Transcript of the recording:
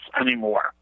anymore